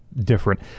different